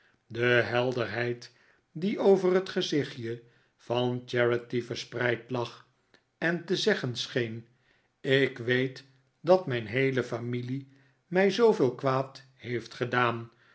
de helderheid die over het gezichtje van charity verspreid lag en te zeggen scheen ik weet dat mijn heele familie mij zooveel kwaad heeft gedaan